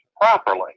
properly